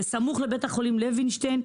בסמוך לבית החולים לוינשטיין,